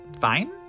fine